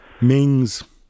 Mings